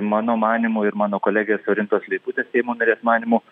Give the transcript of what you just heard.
mano manymu ir mano kolegės orintos leiputės seimo narės manymu